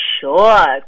sure